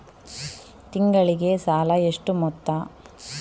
ತಿಂಗಳಿಗೆ ಸಾಲ ಎಷ್ಟು ಮೊತ್ತ?